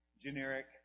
generic